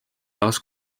taas